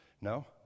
No